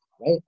right